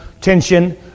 tension